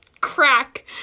crack